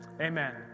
Amen